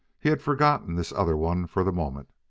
he had forgotten this other one for the moment,